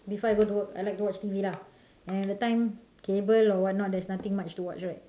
before I go to work I like to watch T_V lah and that time cable or what not there was nothing much to watch right